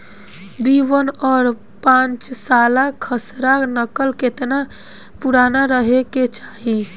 B one और पांचसाला खसरा नकल केतना पुरान रहे के चाहीं?